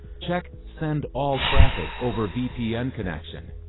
check send all traffic over vpn connection.